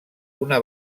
una